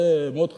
זה מאוד חשוב.